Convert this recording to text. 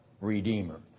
Redeemer